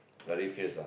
very fierce lah